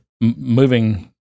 moving